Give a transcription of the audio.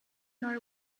nor